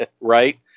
Right